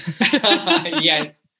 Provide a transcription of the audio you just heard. Yes